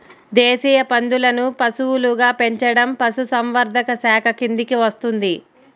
దేశీయ పందులను పశువులుగా పెంచడం పశుసంవర్ధక శాఖ కిందికి వస్తుంది